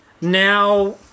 Now